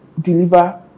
deliver